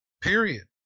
Period